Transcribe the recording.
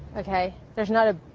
okay? there's not a,